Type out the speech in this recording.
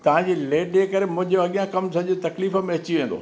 तव्हां जी लेट जे करे मुंहिंजो अॻियां कमु सॼो तकलीफ़ में अची वेंदो